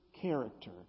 character